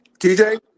TJ